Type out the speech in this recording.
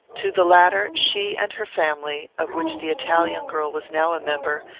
to the latter, she and her family, of which the italian girl was now a member,